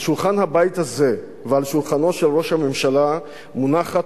על שולחן הבית הזה ועל שולחנו של ראש הממשלה מונחת